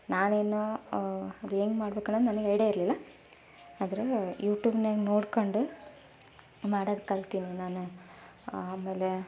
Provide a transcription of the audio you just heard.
ನಾಳೇನೂ ಅದು ಹೆಂಗ್ ಮಾಡ್ಬೇಕು ಅನ್ನೋದು ನನಗೆ ಐಡ್ಯಾ ಇರಲಿಲ್ಲ ಆದರೆ ಯೂಟ್ಯೂಬ್ನ್ಯಾಗ ನೋಡ್ಕೊಂಡು ಮಾಡೋದ್ ಕಲಿತಿನಿ ನಾನು ಆಮೇಲೆ